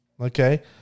okay